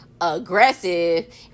aggressive